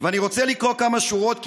ואני רוצה לקרוא כמה שורות,